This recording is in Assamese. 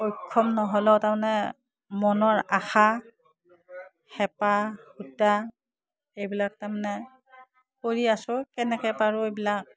অক্ষম নহ'লেও তাৰমানে মনৰ আশা হেঁপাহ সূতা এইবিলাক তাৰমানে কৰি আছোঁ কেনেকৈ পাৰোঁ এইবিলাক